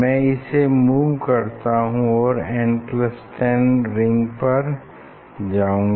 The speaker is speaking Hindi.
मैं इसे मूव करता हूँ और n10 रिंग पर जाऊँगा